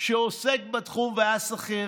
שעוסק בתחום והיה שכיר,